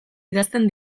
idazten